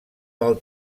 del